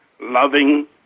loving